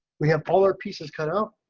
we have polar pieces cut out